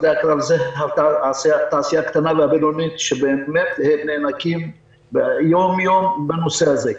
שדה הקרב זו תעשייה קטנה והבינונית שבאמת נאנקים יום יום בנושא הזה.